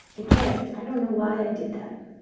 again, i don't know why i did that